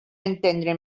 entendre